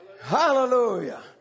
Hallelujah